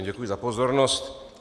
Děkuji za pozornost.